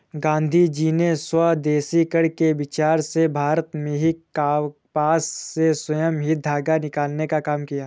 गाँधीजी ने स्वदेशीकरण के विचार से भारत में ही कपास से स्वयं ही धागा निकालने का काम किया